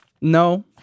No